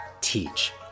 teach